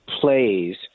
plays